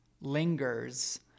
lingers